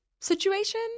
situation